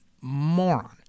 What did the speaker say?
moron